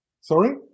sorry